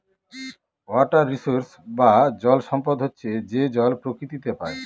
water resource বা জল সম্পদ হচ্ছে যে জল প্রকৃতিতে পাই